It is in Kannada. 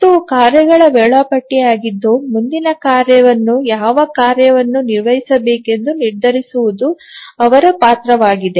ಇದು ಕಾರ್ಯಗಳ ವೇಳಾಪಟ್ಟಿಯಾಗಿದ್ದು ಮುಂದಿನ ಕಾರ್ಯವನ್ನು ಯಾವ ಕಾರ್ಯವನ್ನು ನಿರ್ವಹಿಸಬೇಕೆಂದು ನಿರ್ಧರಿಸುವುದು ಅವರ ಪಾತ್ರವಾಗಿದೆ